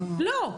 לא.